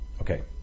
Okay